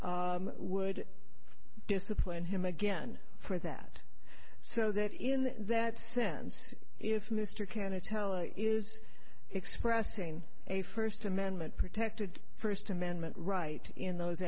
bar would discipline him again for that so that in that sense if mr kennett tele is expressing a first amendment protected first amendment right in those